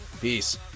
Peace